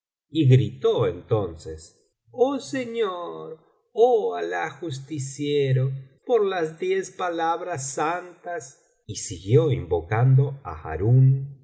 y gritó entonces oh señor oh alah justiciero por las diez palabras santas y siguió invocando á harün